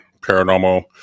Paranormal